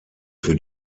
für